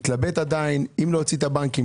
מתלבט עדיין אם להוציא את הבנקים,